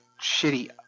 shitty